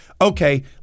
Okay